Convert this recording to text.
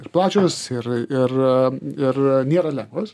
ir plačios ir ir ir nėra lengvos